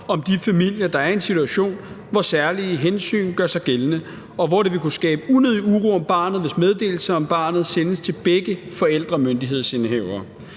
om de familier, der er i en situation, hvor særlige hensyn gør sig gældende, og hvor det vil kunne skabe unødig uro om barnet, hvis meddelelser om barnet sendes til begge forældremyndighedsindehavere.